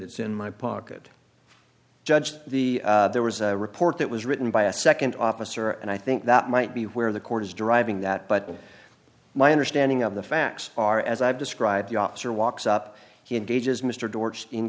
it's in my pocket judge the there was a report that was written by a second officer and i think that might be where the court is deriving that but my understanding of the facts are as i've described the officer walks up he engages mr dorsey in